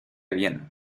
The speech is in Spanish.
bien